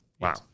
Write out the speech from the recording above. Wow